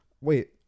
Wait